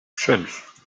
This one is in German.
fünf